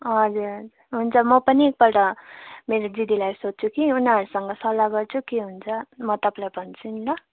हजुर हुन्छ म पनि एकपल्ट मेरो दिदीलाई सोध्छु कि उनीहरूसँग सल्लाह गर्छु के हुन्छ म तपाईँलाई भन्छु नि ल